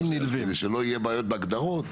כדי שלא יהיו בעיות בהגדרות,